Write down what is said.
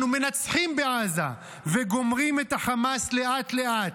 אנחנו מנצחים בעזה, וגומרים את החמאס לאט-לאט.